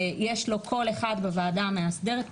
יש לו קול אחד בוועדה המאסדרת.